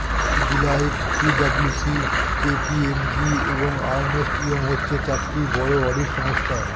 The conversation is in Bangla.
Deloitte, P W C, K P M G, এবং আর্নেস্ট ইয়ং হচ্ছে চারটি বড় অডিটর সংস্থা